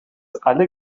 alle